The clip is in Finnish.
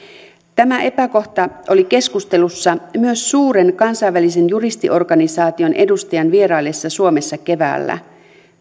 tämä epäkohta oli keskustelussa myös suuren kansainvälisen juristiorganisaation edustajan vieraillessa suomessa keväällä